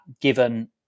given